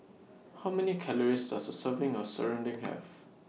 How Many Calories Does A Serving of Serunding Have